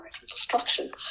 destruction